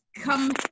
come